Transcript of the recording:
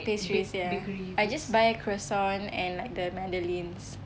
pastries ya I just buy croissant and like the madeleines